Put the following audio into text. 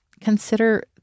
Consider